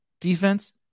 defense